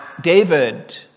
David